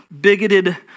bigoted